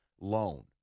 loan